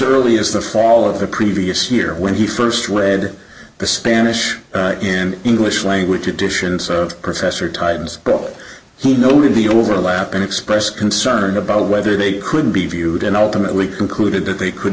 early as the fall of the previous year when he first read the spanish and english language editions of professor titans but he noted the overlap and express concern about whether they could be viewed and ultimately concluded that they could